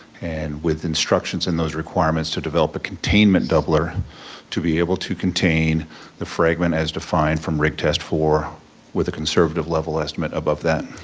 and with instructions and those requirements to develop a containment doubler to be able to contain the fragment as defined from rig test four with a conservative level estimate above that.